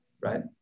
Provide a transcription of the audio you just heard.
right